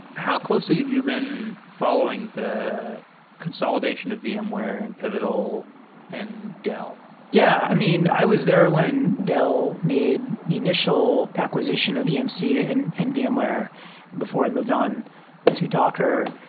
how closely have you been following the consolidation of vmware and pivotal and dell? yeah. i mean, i was there when dell made initial acquisition of emc and and vmware before i moved on to docker.